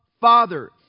Father